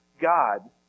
God